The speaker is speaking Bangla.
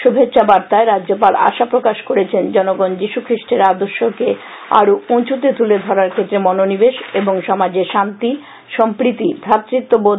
শুভেচ্ছাবার্তায় রাজ্যপাল আশা প্রকাশ করেছেন জনগণ যিশু খ্রিষ্টের আদর্শকে আরো উঁচতে তুলে ধরার ক্ষেত্রে মনোনিবেশ এবং সমাজে শান্তি সম্প্রীতি করবেন